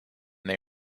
they